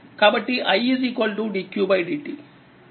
కాబట్టి i dq dt